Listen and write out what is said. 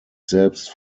selbst